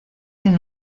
sin